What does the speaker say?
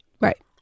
Right